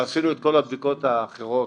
ועשינו את כל הבדיקות האחרות,